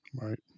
right